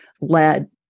led